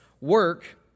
work